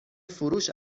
فروش